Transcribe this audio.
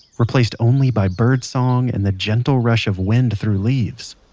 replaced only by birdsong and the gentle rush of wind through leaves.